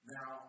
Now